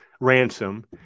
ransom